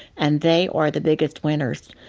and they are the biggest winners,